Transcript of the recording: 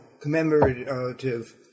commemorative